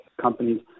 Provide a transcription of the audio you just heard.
companies